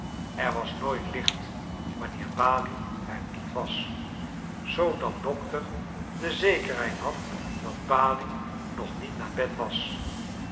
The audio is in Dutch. er was nooit licht wanneer balie er niet was zoodat dokter de zekerheid had dat balie nog niet naar bed was